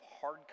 hard